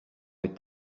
est